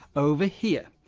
over here.